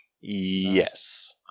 Yes